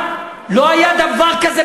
זה לא שטויות.